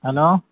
hello